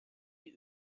die